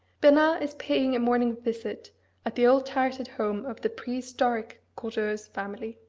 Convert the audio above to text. bernard is paying a morning visit at the old turreted home of the prehistoric courteheuse family.